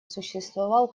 существовал